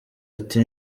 ati